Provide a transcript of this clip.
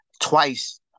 twice